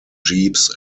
jeeps